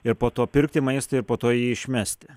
ir po to pirkti maistą ir po to jį išmesti